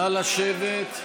נא לשבת.